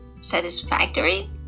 satisfactory